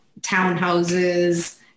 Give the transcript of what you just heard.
townhouses